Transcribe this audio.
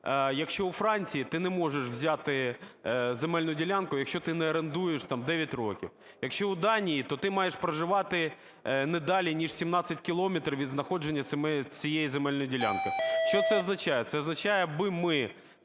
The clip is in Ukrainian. якщо у Франції, ти не можеш взяти земельну ділянку, якщо ти не орендуєш 9 років. Якщо у Данії, то ти маєш проживати не далі ніж 17 кілометрів від знаходження цієї земельної ділянки. Що це означає? Це означає, аби ми